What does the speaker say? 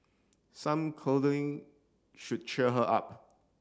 some cuddling should cheer her up